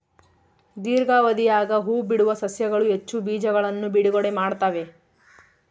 ದೀರ್ಘಾವಧಿಯಾಗ ಹೂಬಿಡುವ ಸಸ್ಯಗಳು ಹೆಚ್ಚು ಬೀಜಗಳನ್ನು ಬಿಡುಗಡೆ ಮಾಡ್ತ್ತವೆ